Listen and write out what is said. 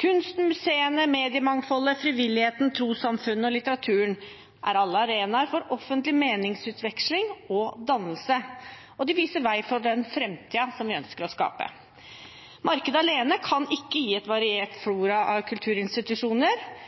Kunsten, museene, mediemangfoldet, frivilligheten, trossamfunnene og litteraturen er alle arenaer for offentlig meningsutveksling og dannelse, og de viser vei for den framtiden vi ønsker å skape. Markedet alene kan ikke gi en variert flora av kulturinstitusjoner.